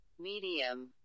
Medium